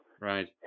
Right